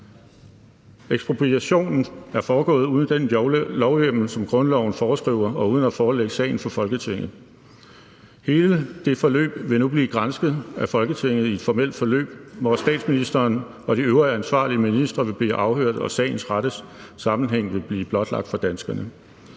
Ekspropriationen er foregået uden den lovhjemmel, som grundloven foreskriver, og uden at sagen er forelagt for Folketinget. Hele det forløb vil nu blive gransket af Folketinget i et formelt forløb, hvor statsministeren og de øvrige ansvarlige ministre vil blive afhørt og sagens rette sammenhæng blive blotlagt for danskerne.